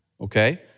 okay